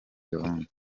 gahunda